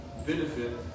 benefit